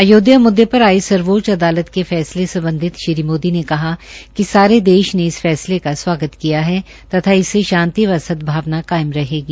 आयोध्या म्ददे पर आये सर्वोच्च अदालत के फैसले सम्बधित श्री मोदी ने कहा कि सारे देश ने इस फैसले का स्वागत किया है तथा इससे शांति व सदभावना कायम रहेगी